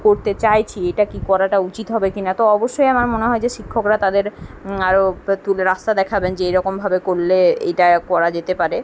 করতে চাইছি এটা কি করাটা উচিত হবে কি না তো অবশ্যই আমার মনে হয় যে শিক্ষকরা তাদের আরো নতুন রাস্তা দেখাবেন যে এরমভাবে করলে এইটা করা যেতে পারে